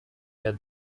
herr